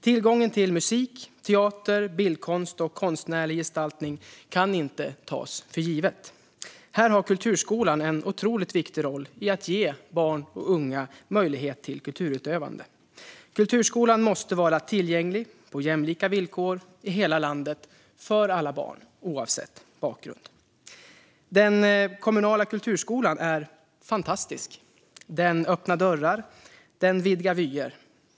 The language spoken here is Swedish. Tillgången till musik, teater, bildkonst och konstnärlig gestaltning kan inte tas för given. Här har kulturskolan en otroligt viktig roll i att ge barn och unga möjlighet till kulturutövande. Kulturskolan måste vara tillgänglig på jämlika villkor i hela landet för alla barn oavsett bakgrund. Den kommunala kulturskolan är fantastisk. Den öppnar dörrar och vidgar vyer.